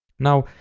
now,